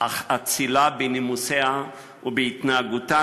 אך אצילה בנימוסיה ובהתנהגותה,